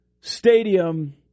stadium